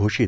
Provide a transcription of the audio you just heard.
घोषित